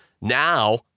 Now